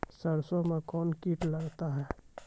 सरसों मे कौन कीट लगता हैं?